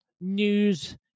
news